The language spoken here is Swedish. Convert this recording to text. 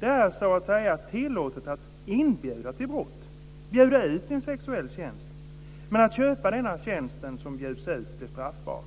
Det är så att säga tillåtet att inbjuda till brott, att bjuda ut en sexuell tjänst. Men att köpa den tjänst som bjuds ut blir straffbart.